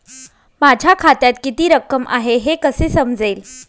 माझ्या खात्यात किती रक्कम आहे हे कसे समजेल?